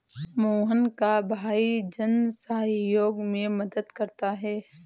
मोहन का भाई जन सहयोग में मदद करता है